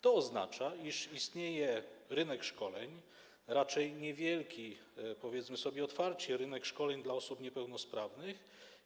To oznacza, iż istnieje rynek szkoleń - raczej niewielki, powiedzmy sobie otwarcie - szkoleń dla osób niepełnosprawnych.